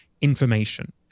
information